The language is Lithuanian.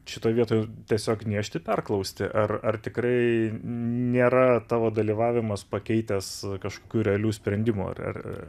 šitoj vietoj tiesiog niežti perklausti ar ar tikrai nėra tavo dalyvavimas pakeitęs kažkokių realių sprendimų ar